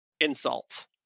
insult